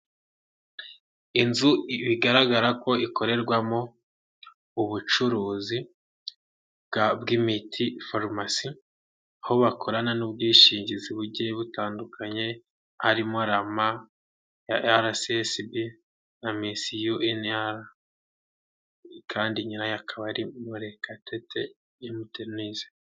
Inzu bigaragara ko ikorerwamo ubucuruzi bwa bw'imiti farumasi, aho bakorana n'ubwishingizi bugiye butandukanye harimo rama ya araesesibi na misiyu ini ara kandi nyirayo akaba ari Murekatete M. Denisse.